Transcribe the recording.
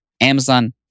Amazon